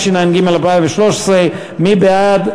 התשע"ג 2013. מי בעד?